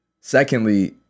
Secondly